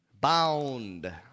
Bound